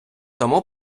тому